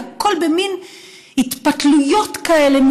והכול במין התפתלויות כאלה,